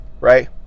right